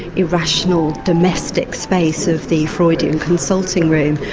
irrational domestic space of the freudian consulting room.